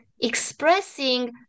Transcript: expressing